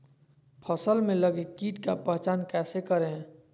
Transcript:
फ़सल में लगे किट का पहचान कैसे करे?